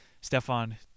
Stefan